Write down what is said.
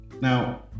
Now